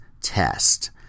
test